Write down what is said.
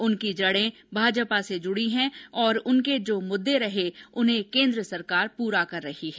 उनकी जड़े भाजपा से जुड़ी हैं और उनके जो मुद्दे रहे उन्हे केन्द्र सरकार पूरा कर रही है